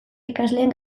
ikasleen